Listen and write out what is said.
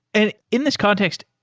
and in this context,